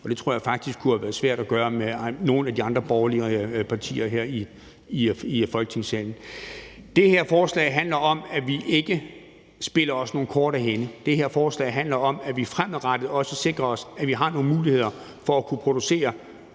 og det tror jeg faktisk kunne have været svært at gøre med nogle af de andre borgerlige partier her i Folketingssalen. Det her forslag handler om, at vi ikke spiller os nogen kort af hænde. Det her forslag handler om, at vi fremadrettet også sikrer os, at vi har nogle muligheder for at kunne producere